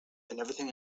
everything